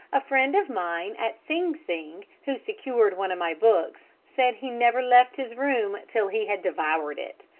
a friend of mine at sing sing, who secured one of my books, said he never left his room till he had devoured it.